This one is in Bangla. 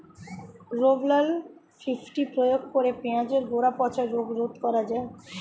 রোভরাল ফিফটি প্রয়োগ করে পেঁয়াজের গোড়া পচা রোগ রোধ করা যায়?